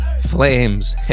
Flames